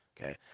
okay